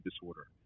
Disorder